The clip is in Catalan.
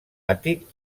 àtic